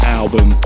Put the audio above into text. album